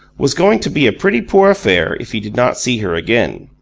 was going to be a pretty poor affair if he did not see her again.